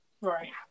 Right